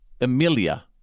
Amelia